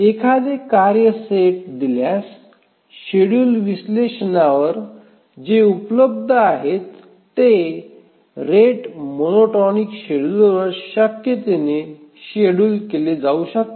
एखादे कार्य सेट दिल्यास शेड्युल विश्लेषणावर जे उपलब्ध आहेत ते रेट मोनोटॉनिक शेड्यूलरवर शक्यतेने शेड्यूल केले जाऊ शकतात